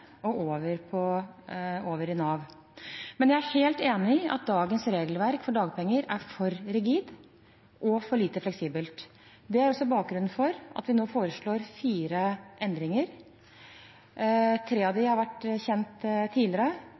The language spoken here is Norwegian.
over i Nav. Men jeg er helt enig i at dagens regelverk for dagpenger er for rigid og for lite fleksibelt. Det er også bakgrunnen for at vi nå foreslår fire endringer. Tre av dem har vært kjent tidligere